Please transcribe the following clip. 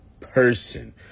person